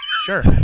Sure